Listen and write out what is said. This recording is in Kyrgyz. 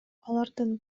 алардын